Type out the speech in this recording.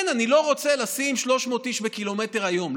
כן, אני לא רוצה לשים 300 איש בקילומטר היום.